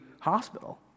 Hospital